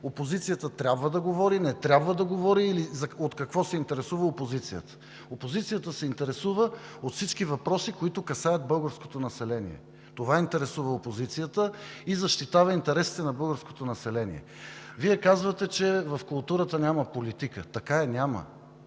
опозицията трябва да говори, не трябва да говори, или от какво се интересува опозицията. Опозицията се интересува от всички въпроси, които касаят българското население. Това интересува опозицията и защитава интересите на българското население. Вие казвате, че в културата няма политика. Така е, няма.